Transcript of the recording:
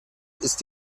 ist